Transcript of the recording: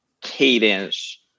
cadence